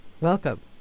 Welcome